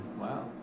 Wow